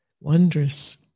Wondrous